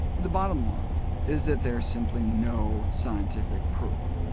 the bottom line is that there's simply no scientific proof.